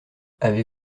avez